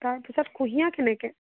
তাৰপিছত কুঁহিয়াৰ কেনেকৈ